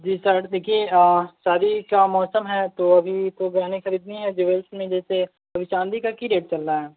जी chart देखिए शादी का मौसम है तो अभी तो गहनें खरीदने है ज्वैलस में जैसे अभी चाँदी का की रेट चल रहा है